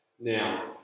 Now